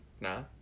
Nah